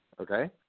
Okay